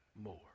more